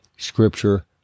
Scripture